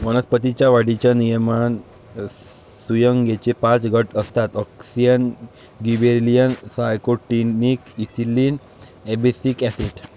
वनस्पतीं च्या वाढीच्या नियमनात संयुगेचे पाच गट असतातः auxin, gibberellin, cytokinin, ethylene, abscisic acid